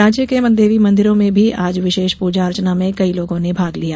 राज्य के देवी मंदिरों में भी आज विशेष प्रजा अर्चना में कई लोगों ने भाग लिया